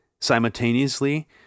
simultaneously